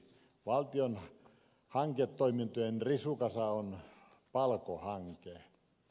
valtion hanketoimintojen risukasa on palko hanke